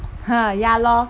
ha ya lor